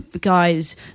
guys